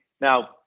Now